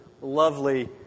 lovely